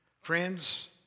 Friends